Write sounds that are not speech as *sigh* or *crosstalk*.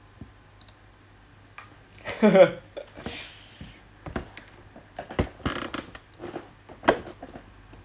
*laughs*